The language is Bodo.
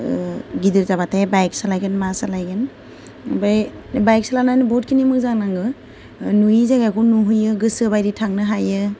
गिदिर जाबाथाय बाइक सालायगोन मा सालायगोन ओमफ्राय बाइक सालायनानै बहुदखिनि मोजां नाङो नुयि जायगाखौ नुहैयो गोसो बायदि थांनो हायो